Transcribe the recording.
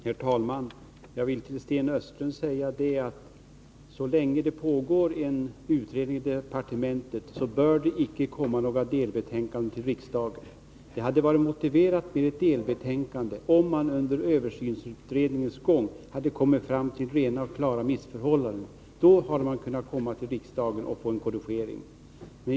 Herr talman! Jag vill till Sten Östlund säga att så länge det pågår en utredning i departementet, bör det icke komma några delbetänkanden till riksdagen. Det hade varit motiverat med ett delbetänkande, om man under översynsutredningens gång hade kommit fram till rena och klara missförhållanden. Då hade man kunnat komma till riksdagen för att få en korrigering.